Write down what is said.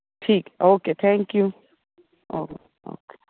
ਠੀਕ ਹੈ okay thank you okay okay